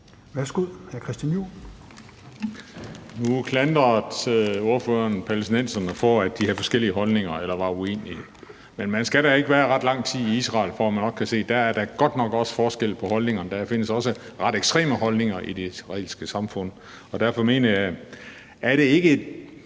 (EL): Nu klandrede ordføreren palæstinenserne for, at de havde forskellige holdninger eller var uenige. Men man skal da ikke være ret lang tid i Israel, for at man kan se, at der godt nok også er forskel på holdningerne, og der findes også ret ekstreme holdninger i det israelske samfund. Derfor mener jeg: Er det ikke